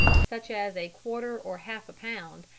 such as a quarter or half a pound,